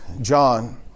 John